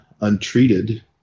untreated